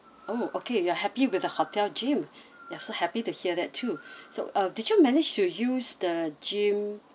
oh okay you are happy with the hotel gym I'm so happy to hear that too so uh did you manage to use the gym